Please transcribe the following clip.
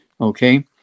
okay